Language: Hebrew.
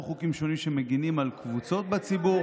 לחוקים שונים שמגינים על קבוצות בציבור,